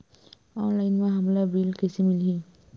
Online म हमला bill कइसे मिलही?